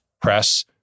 press